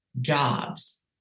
jobs